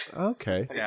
Okay